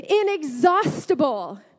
Inexhaustible